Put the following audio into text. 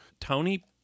Tony